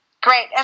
Great